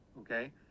okay